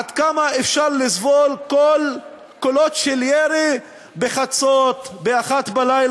אני שואל אתכם: עד כמה אפשר לסבול קולות של ירי בחצרות ב-01:00,